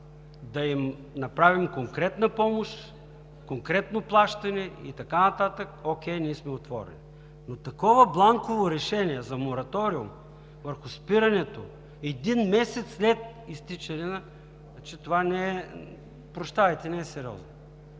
да им направим конкретна помощ, конкретно плащане и така нататък, окей, ние сме отворени, но такова бланково решение за мораториум върху спирането един месец след изтичане на… Че това не е, прощавайте, не е сериозно!